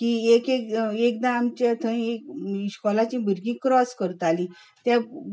की एक एक एकदां आमच्या थंय इश्कॉलाचीं भुरगीं क्रॉस करतालीं ते